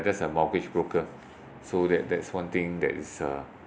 that's a mortgage broker so that that's one thing that is uh